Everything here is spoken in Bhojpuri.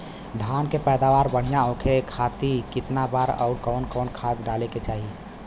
धान के पैदावार बढ़िया होखे खाती कितना बार अउर कवन कवन खाद डाले के चाही?